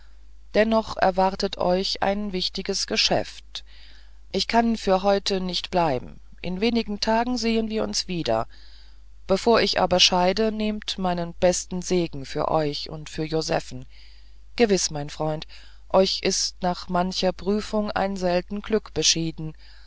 noch erwartet euch ein wichtiges geschäft ich kann für heute nicht bleiben in wenig tagen sehen wir uns wieder bevor ich aber scheide nehmt meinen besten segen für euch und für josephen gewiß mein freund euch ist nach mancher prüfung ein selten glück beschieden